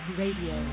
radio